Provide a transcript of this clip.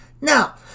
Now